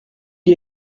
die